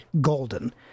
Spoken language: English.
golden